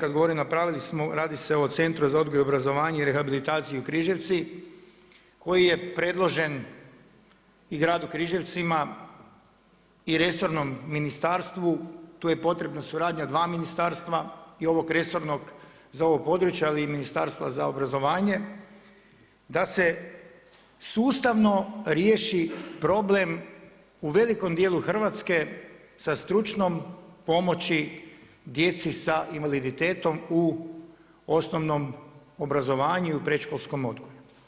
kad govorim napravili smo, radi se o Centru za odgoj, obrazovanje i rehabilitaciju Križevci koji je predložen i gradu Križevcima i resornom ministarstvu, tu je potrebna suradnja dva ministarstva i ovog resornog za ovo područje ali i Ministarstva za obrazovanje, da se sustavno riješi problem u velikom djelu Hrvatske sa stručnom pomoći djeci sa invaliditetom u osnovnom obrazovanju i predškolskom odgoju.